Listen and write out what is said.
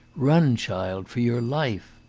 run, child, for your life!